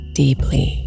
deeply